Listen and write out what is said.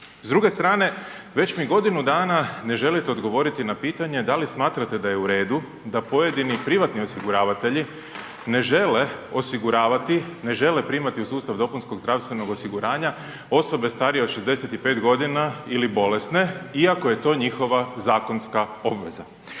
S druge strane, već mi godinu dana ne želite odgovoriti na pitanje, da li smatrate da je u redu da pojedini privatni osiguravatelji ne žele osiguravati, ne žele primati u sustav DZO-a osobe starije od 65 godina ili bolesne iako je to njihova zakonska obveza.